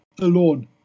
alone